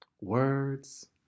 Words